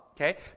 okay